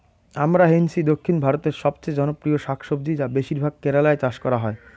আমরান্থেইসি দক্ষিণ ভারতের সবচেয়ে জনপ্রিয় শাকসবজি যা বেশিরভাগ কেরালায় চাষ করা হয়